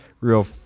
real